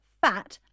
fat